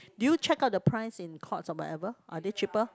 did you check out the price in Courts or whatever are they cheaper